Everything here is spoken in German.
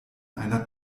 einer